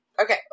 Okay